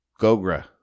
Gogra